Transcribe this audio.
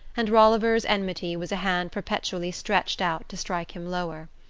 and rolliver's enmity was a hand perpetually stretched out to strike him lower.